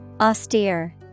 Austere